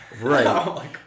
Right